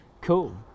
cool